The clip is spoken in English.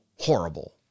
horrible